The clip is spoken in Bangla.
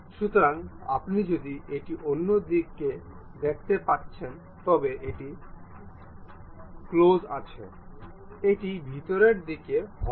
সুতরাং আপনি যদি এটি অন্য দিকে দেখতে পাচ্ছেন তবে এটি ক্লোস আছে এটি ভিতরের দিকে হলোও